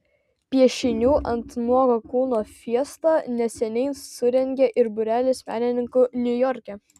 piešinių ant nuogo kūno fiestą neseniai surengė ir būrelis menininkų niujorke